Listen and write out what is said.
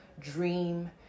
dream